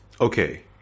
Okay